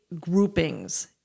groupings